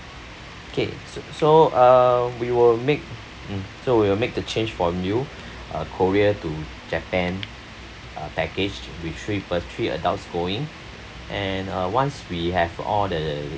okay so so uh we will make hmm so we will make the change for you uh korea to japan uh packaged with three per~ three adults going and uh once we have all the